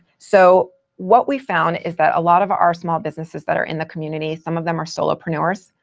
so what we found is that a lot of our small businesses that are in the community, some of them are solopreneurs.